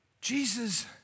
Jesus